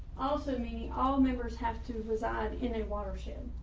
also meaning all members have to reside in a watershed.